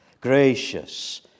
gracious